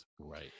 Right